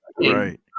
right